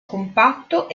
compatto